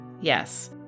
Yes